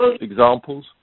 examples